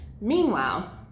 Meanwhile